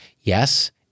Yes